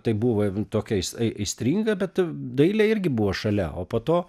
tai buvo tokia ai aistringa bet dailė irgi buvo šalia o po to